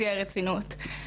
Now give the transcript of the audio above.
בשיא הרצינות.